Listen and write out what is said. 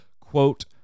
quote